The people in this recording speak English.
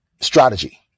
strategy